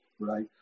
Right